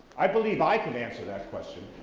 i believe i could answer that question.